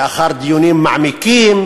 לאחר דיונים מעמיקים,